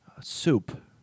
Soup